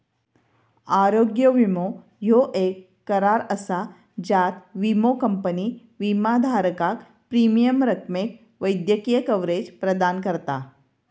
आरोग्य विमो ह्यो येक करार असा ज्यात विमो कंपनी विमाधारकाक प्रीमियम रकमेक वैद्यकीय कव्हरेज प्रदान करता